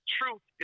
truth